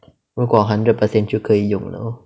如果 hundred percent 就可以了 orh